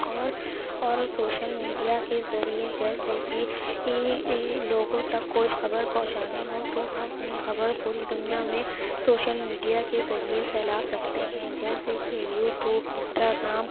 اور اور social media کے ذریعے جیسے کی لوگوں تک کوئی خبر پہنچانی ہو تو ہم اپنی خبر پوری دنیا میں سوشل میڈیا کے ذریعے پھیلا سکتے ہیں جیسے کہ یوٹیوب انسٹاگرام